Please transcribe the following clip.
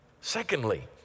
Secondly